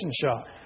shot